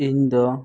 ᱤᱧ ᱫᱚ